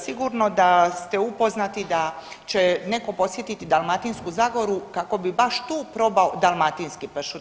Sigurno da ste upoznati da će neko posjetiti Dalmatinsku Zagoru kako bi baš tu probao dalmatinski pršut.